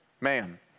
man